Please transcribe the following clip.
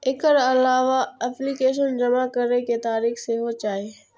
एकर अलावा एप्लीकेशन जमा करै के तारीख सेहो चाही